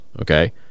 okay